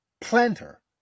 planter